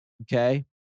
Okay